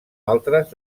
altres